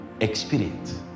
experience